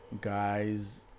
guys